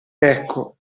ecco